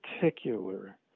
particular